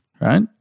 right